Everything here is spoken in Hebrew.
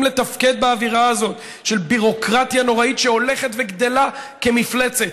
לתפקד באווירה הזאת של ביורוקרטיה נוראית שהולכת וגדלה כמפלצת.